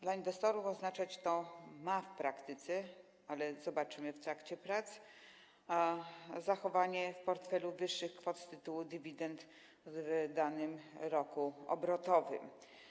Dla inwestorów ma to oznaczać w praktyce, ale zobaczymy w trakcie prac, zachowanie w portfelu wyższych kwot z tytułu dywidend w danym roku obrotowym.